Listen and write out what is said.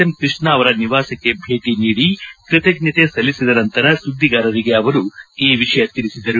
M Krishna ಅವರ ನಿವಾಸಕ್ಕೆ ಭೇಟ ನೀಡಿ ಕೃತಜ್ಞತೆ ಸಲ್ಲಿಸಿದ ನಂತರ ಸುದ್ದಿಗಾರರಿಗೆ ಅವರು ಈ ವಿಷಯ ತಿಳಿಸಿದರು